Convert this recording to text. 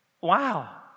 Wow